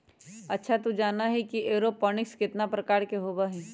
अच्छा तू जाना ही कि एरोपोनिक्स कितना प्रकार के होबा हई?